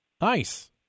Nice